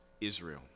Israel